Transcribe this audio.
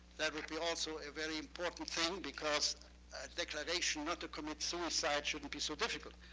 that would be also a very important thing, because a declaration not to commit suicide shouldn't be so difficult.